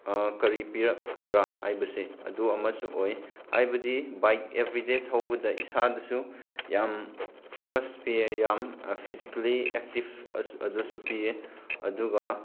ꯀꯔꯤ ꯄꯤꯔꯛꯀꯗ꯭ꯔꯥ ꯍꯥꯏꯕꯁꯤ ꯑꯗꯨ ꯑꯃꯁꯨ ꯑꯣꯏ ꯍꯥꯏꯕꯗꯤ ꯕꯥꯏꯛ ꯑꯦꯕ꯭ꯔꯤꯗꯦ ꯊꯧꯕꯗ ꯏꯁꯥꯗꯁꯨ ꯌꯥꯝ ꯐꯣꯀꯁ ꯄꯤꯌꯦ ꯌꯥꯝ ꯐꯤꯖꯤꯀꯦꯜꯂꯤ ꯑꯦꯛꯇꯤꯕ ꯑꯗꯨꯁꯨ ꯄꯤꯌꯦ ꯑꯗꯨꯒ